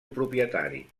propietari